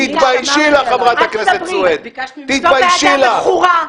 את מדברת מהות?